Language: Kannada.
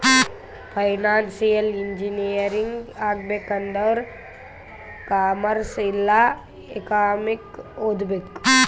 ಫೈನಾನ್ಸಿಯಲ್ ಇಂಜಿನಿಯರಿಂಗ್ ಆಗ್ಬೇಕ್ ಆಂದುರ್ ಕಾಮರ್ಸ್ ಇಲ್ಲಾ ಎಕನಾಮಿಕ್ ಓದ್ಬೇಕ್